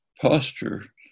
posture